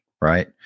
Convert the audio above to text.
right